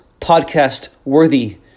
podcast-worthy